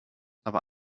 aber